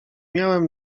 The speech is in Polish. miałem